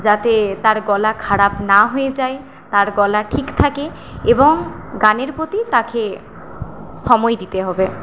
যাতে তার গলা খারাপ না হয়ে যায় তার গলা ঠিক থাকে এবং গানের প্রতি তাকে সময় দিতে হবে